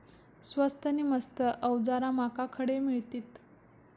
स्वस्त नी मस्त अवजारा माका खडे मिळतीत?